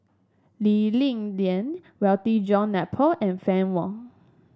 Lee Ling Lian Walter John Napier and Fann Wong